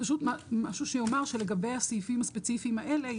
משהו שיאמר שלגבי הסעיפים הספציפיים האלה,